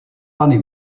panny